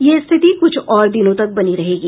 यह स्थिति कुछ और दिनों तक बनी रहेगी